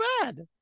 bad